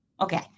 okay